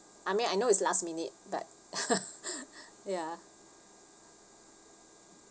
I mean I know it's last minute but ya